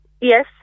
Yes